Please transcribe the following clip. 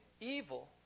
evil